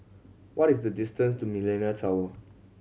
what is the distance to Millenia Tower